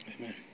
Amen